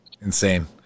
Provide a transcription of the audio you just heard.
Insane